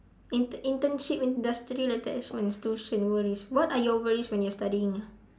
intern internship industrial attachment tuition worries what are your worries when you are studying ah